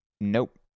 Nope